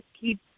keep